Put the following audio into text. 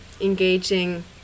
engaging